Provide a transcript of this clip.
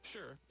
Sure